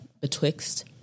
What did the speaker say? betwixt